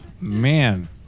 man